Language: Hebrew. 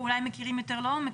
מכירים יותר לעומק,